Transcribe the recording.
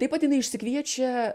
tiap pat jinai išsikviečia